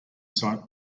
site